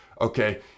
Okay